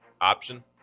option